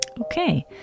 Okay